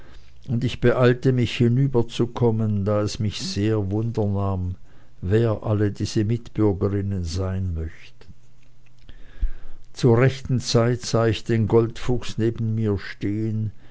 und ich beeilte mich hinüberzukommen da es mich sehr wundernahm wer alle diese mitbürgerinnen sein möchten zur rechten zeit sah ich den goldfuchs neben mir stehen